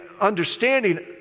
understanding